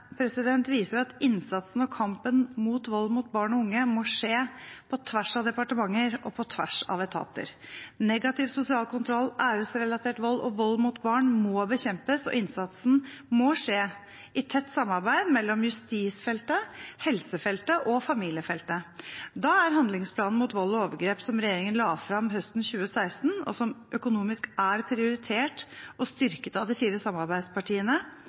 viser at innsatsen og kampen mot vold mot barn og unge må skje på tvers av departementer og på tvers av etater. Negativ sosial kontroll, æresrelatert vold og vold mot barn må bekjempes, og innsatsen må skje i tett samarbeid mellom justisfeltet, helsefeltet og familiefeltet. Da er handlingsplanen mot vold og overgrep som regjeringen la fram høsten 2016, og som økonomisk er prioritert og styrket av de fire samarbeidspartiene,